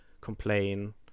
complain